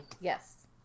yes